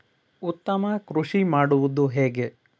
ಉತ್ತಮ ಕೃಷಿ ಮಾಡುವುದು ಹೇಗೆ?